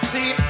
See